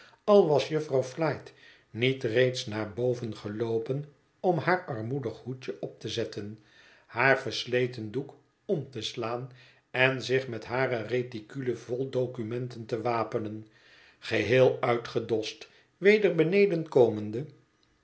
al was jufvrouw flite niet reeds naar boven geloopen om haar armoedig hoedje op te zetten haar versleten doek om te slaan en zich met hare reticule vol documenten te wapenen geheel uitgedost weder beneden komende